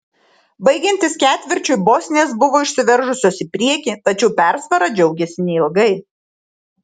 baigiantis ketvirčiui bosnės buvo išsiveržusios į priekį tačiau persvara džiaugėsi neilgai